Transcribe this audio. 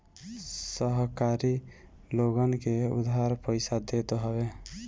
सहकारी लोगन के उधार पईसा देत हवे